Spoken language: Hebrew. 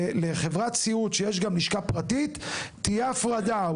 לחברת סיעוד שיש גם לשכה פרטית תהיה הפרדה.